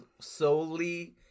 solely